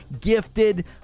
gifted